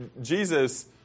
Jesus